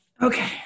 okay